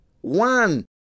One